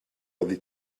oddi